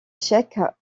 tchèque